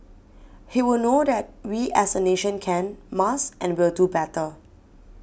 he would know that we as a nation can must and will do better